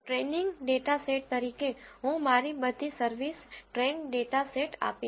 training data set તરીકે હું મારી બધી સર્વિસ ટ્રેઈન ડેટા સેટ આપીશ